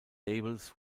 labels